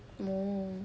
oh